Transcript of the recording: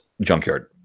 junkyard